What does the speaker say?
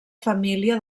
família